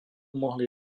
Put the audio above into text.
mohli